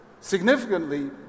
significantly